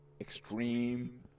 extreme